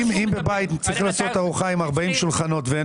אם בבית צריך לעשות ארוחה עם 40 שולחנות ואין